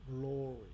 glory